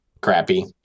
crappy